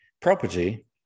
property